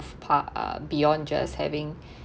ve par uh beyond just having